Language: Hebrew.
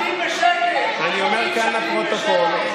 אני אומר כאן לפרוטוקול,